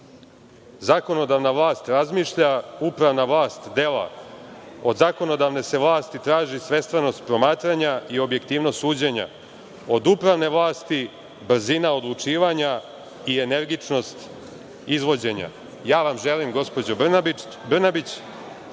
zakonodavna vlast razmišlja, upravna vlast dela. Od zakonodavne se vlasti traži svestranost promatranja i objektivnost suđenja, od upravne vlasti brzina odlučivanja i energičnost izvođenja. Ja vam želim gospođo Brnabić,